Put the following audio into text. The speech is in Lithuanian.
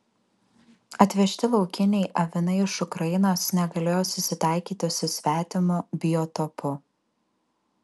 atvežti laukiniai avinai iš ukrainos negalėjo susitaikyti su svetimu biotopu